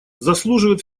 заслуживает